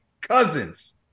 cousins